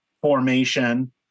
formation